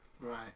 Right